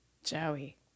Joey